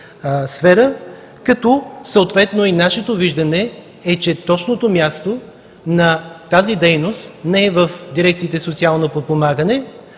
тази сфера. Нашето виждане е, че точното място на тази дейност не е в дирекциите „Социално подпомагане“,